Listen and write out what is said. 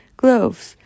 gloves